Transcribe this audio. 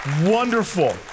wonderful